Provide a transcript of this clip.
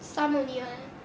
some only right